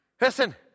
Listen